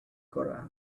koran